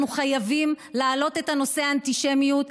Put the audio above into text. אנחנו חייבים להעלות את נושא האנטישמיות,